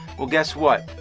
well guess what?